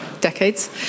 decades